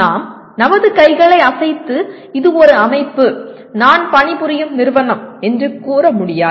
நாம் நமது கைகளை அசைத்து இது ஒரு அமைப்பு நான் பணிபுரியும் நிறுவனம் என்று கூற முடியாது